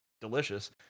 delicious